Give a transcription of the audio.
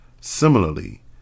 Similarly